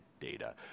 data